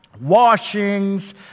washings